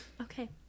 Okay